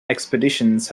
expeditions